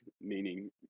meaning